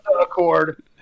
Accord